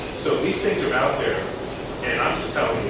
so these things are out there and i'm just